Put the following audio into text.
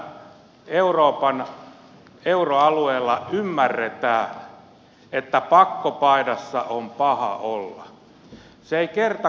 koska tällä euroalueella ymmärretään että pakkopaidassa on paha olla